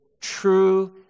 true